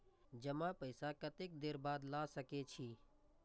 जमा पैसा कतेक देर बाद ला सके छी?